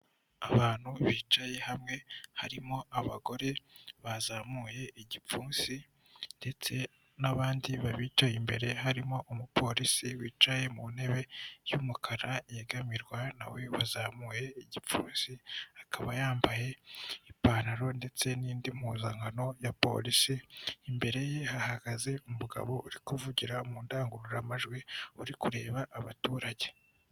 Abantu bicaye hamwe harimo abagore bazamuye igipfunsi ndetse n'abandi babicaye imbere harimo umupolisi wicaye mu ntebe y'umukara yegamirwa na we wa bazamuye igipfulisi, akaba yambaye ipantaro ndetse n'indi mpuzankano ya polisi, imbere ye hahagaze umugabo uri kuvugira mu ndangururamajwi uri kureba abaturage.